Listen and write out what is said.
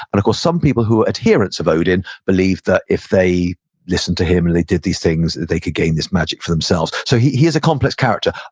and course, some people who are adherents of odin believed that if they listened to him and they did these things, they could gain this magic for themselves. so he he is a complex character.